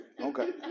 Okay